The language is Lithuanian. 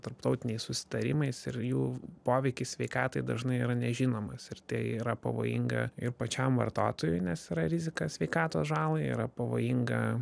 tarptautiniais susitarimais ir jų poveikis sveikatai dažnai yra nežinomas ir tai yra pavojinga ir pačiam vartotojui nes yra rizika sveikatos žalai yra pavojinga